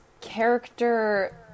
character